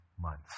months